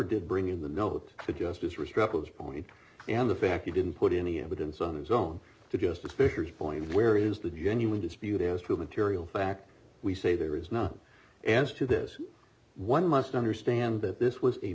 did bringing the note to justice restruck was point and the fact he didn't put any evidence on his own to justice fisher's point where is the genuine dispute as to material fact we say there is no answer to this one must understand that this was a